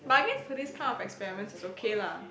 but I guess for this kind of experiments it's okay lah